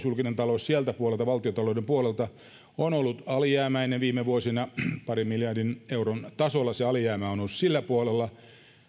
julkinen talous valtiontalouden puolelta on ollut alijäämäinen viime vuosina parin miljardin euron tasolla se alijäämä on ollut sillä puolella